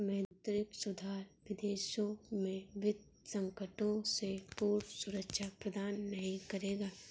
मौद्रिक सुधार विदेशों में वित्तीय संकटों से पूर्ण सुरक्षा प्रदान नहीं करेगा